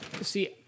See